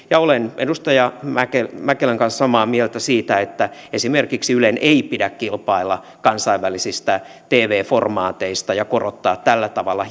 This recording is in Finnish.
ja olen edustaja mäkelän mäkelän kanssa samaa mieltä siitä että esimerkiksi ylen ei pidä kilpailla kansainvälisistä tv formaateista ja korottaa tällä tavalla